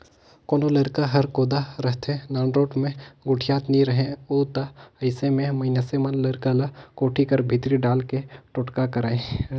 कोनो लरिका हर कोदा रहथे, नानरोट मे गोठियात नी रहें उ ता अइसे मे मइनसे मन लरिका ल कोठी कर भीतरी डाले के टोटका करय